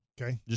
Okay